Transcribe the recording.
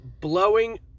blowing